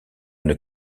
une